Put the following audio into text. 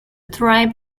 tribe